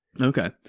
okay